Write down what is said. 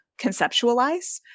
conceptualize